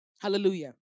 Hallelujah